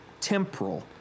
temporal